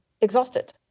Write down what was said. exhausted